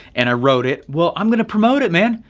and i wrote it, well, i'm gonna promote it, man.